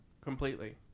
completely